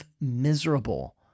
miserable